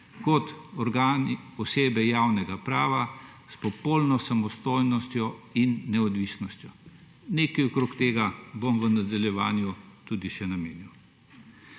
za organe, osebe javnega prava, s popolno samostojnostjo in neodvisnostjo. Nekaj glede tega bom v nadaljevanju tudi še omenil.